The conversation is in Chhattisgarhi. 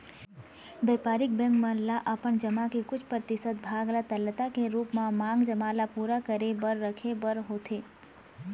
बेपारिक बेंक मन ल अपन जमा के कुछ परतिसत भाग ल तरलता के रुप म मांग जमा ल पुरा करे बर रखे बर होथे